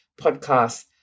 podcast